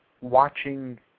watching